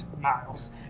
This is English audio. miles